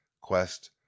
Quest